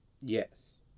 yes